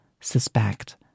suspect